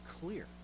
clear